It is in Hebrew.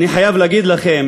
אני חייב להגיד לכם